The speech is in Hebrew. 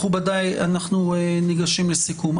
מכובדיי, אנחנו ניגשים לסיכום.